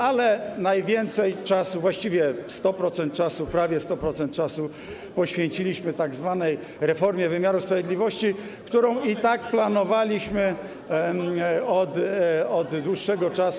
Ale najwięcej czasu, właściwie 100% czasu, prawie 100% czasu poświęciliśmy tzw. reformie wymiaru sprawiedliwości, którą i tak planowaliśmy od dłuższego czasu.